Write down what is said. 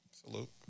Salute